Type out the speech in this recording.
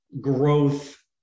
growth